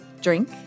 drink